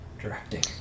directing